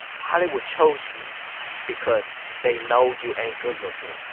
hollywood chose you because they know you ain't good-looking.